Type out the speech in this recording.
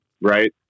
right